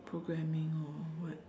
programming or what